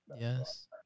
Yes